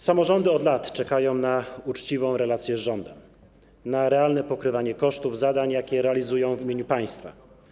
Samorządy od lat czekają na uczciwą relację z rządem, na realne pokrywanie kosztów zadań, jakie realizują w imieniu państwa.